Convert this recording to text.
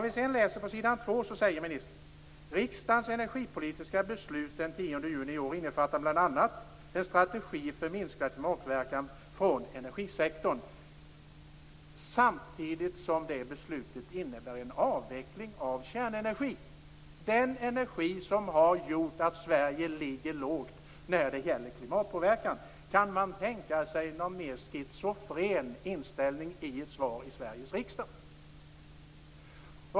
På s. 2 i svaret säger ministern: "Riksdagens energipolitiska beslut den 10 juni i år innefattar bl.a. en strategi för minskad klimatpåverkan från energisektorn." Samtidigt innebar det beslutet en avveckling av kärnenergi, dvs. den energi som har gjort att Sverige ligger lågt när det gäller klimatpåverkan. Kan man tänka sig någon mer schizofren inställning i ett svar i Sveriges riksdag?